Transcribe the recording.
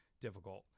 difficult